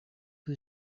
who